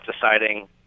deciding